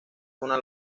una